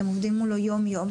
אתם עובדים מולו יום-יום,